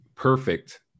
perfect